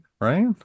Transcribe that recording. right